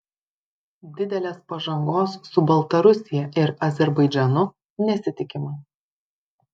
didelės pažangos su baltarusija ir azerbaidžanu nesitikima